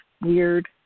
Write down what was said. weird